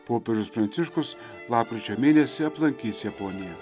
popiežius pranciškus lapkričio mėnesį aplankys japoniją